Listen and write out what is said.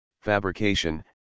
fabrication